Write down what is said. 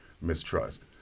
mistrust